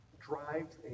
drives